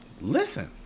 Listen